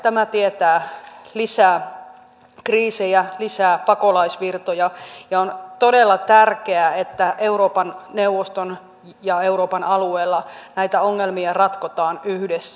tämä tietää lisää kriisejä lisää pakolaisvirtoja ja on todella tärkeää että euroopan neuvoston ja euroopan alueella näitä ongelmia ratkotaan yhdessä